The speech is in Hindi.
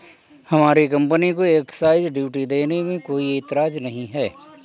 हमारी कंपनी को एक्साइज ड्यूटी देने में कोई एतराज नहीं है